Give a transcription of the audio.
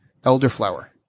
Elderflower